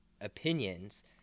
opinions